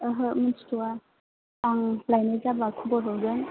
ओहो मिथिथ'वा आं लायनाय जाबा खबर हरगोन